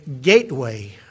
gateway